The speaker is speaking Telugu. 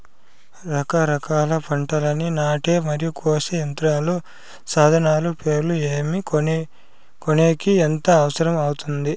రకరకాల పంటలని నాటే మరియు కోసే యంత్రాలు, సాధనాలు పేర్లు ఏమి, కొనేకి ఎంత అవసరం అవుతుంది?